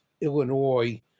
Illinois